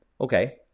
Okay